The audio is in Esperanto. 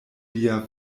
lia